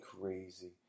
crazy